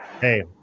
hey